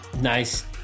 nice